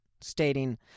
stating